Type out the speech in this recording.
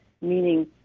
meaning